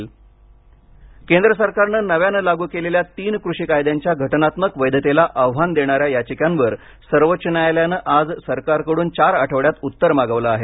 कृषी कायदे केंद्र सरकारने नव्याने लागू केलेल्या तीन कृषी कायद्यांच्या घटनात्मक वैधतेला आव्हान देणाऱ्या याचिकांवर सर्वोच्च न्यायालयाने आज सरकारकडून चार आठवड्यांत उत्तर मागवलं आहे